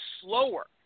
slower